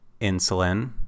insulin